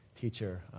teacher